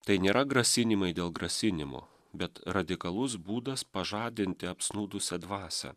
tai nėra grasinimai dėl grasinimų bet radikalus būdas pažadinti apsnūdusią dvasią